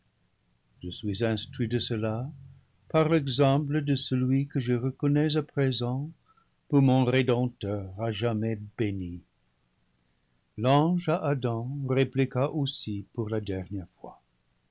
je suis instruit de cela par l'exemple de celui que je reconnais à présent pour mon rédempteur à jamais béni l'ange à adam répliqua aussi pour la dernière fois